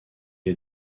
est